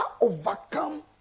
overcome